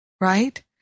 right